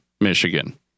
Michigan